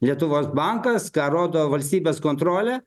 lietuvos bankas ką rodo valstybės kontrolė